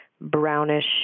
brownish